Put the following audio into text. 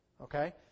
Okay